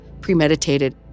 premeditated